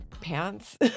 pants